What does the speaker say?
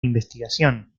investigación